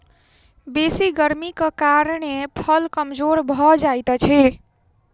बेसी गर्मीक कारणें फूल कमजोर भअ जाइत अछि